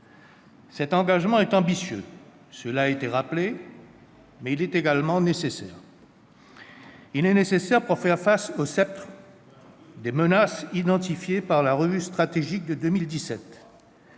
Cet engagement est ambitieux- cela a été rappelé -, mais il est également nécessaire. Il est nécessaire pour faire face au spectre des menaces identifiées par la revue stratégique de 2017